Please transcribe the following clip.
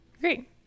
great